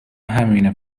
همینه